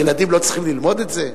ילדים לא צריכים ללמוד את זה?